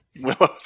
Willow's